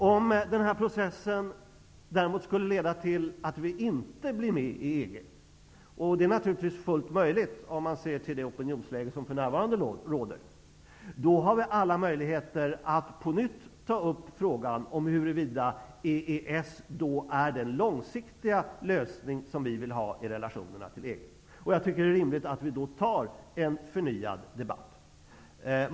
Om den här processen däremot inte skulle leda till medlemskap i EG, vilket naturligtvis är fullt möjligt med tanke på det opinionsläge som för närvarande råder, har vi alla möjligheter att på nytt ta upp frågan om huruvida EES är den långsiktiga lösning som vi vill ha i vår relation till EG. Jag tycker att det är rimligt att vi då har en förnyad debatt.